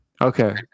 Okay